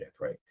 right